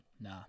Nah